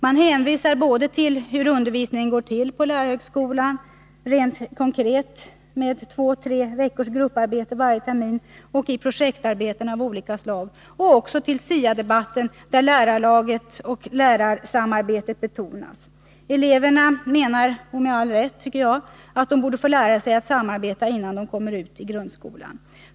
Man hänvisar både till hur undervisningen går till på lärarhögskolan rent konkret med två-tre veckors grupparbete varje termin, i projektarbeten av olika slag och till STIA-debatten där lärarlaget och lärarsamarbetet betonas. Eleverna menar, med all rätt tycker jag, att de borde få lära sig samarbete 4” innan de kommer ut i grundskolan.